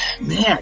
man